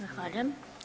Zahvaljujem.